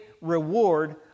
reward